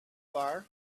bar